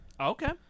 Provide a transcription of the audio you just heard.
Okay